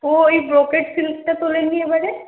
ও ওই ব্রোকেট সিল্কটা তোলেন নি এবারে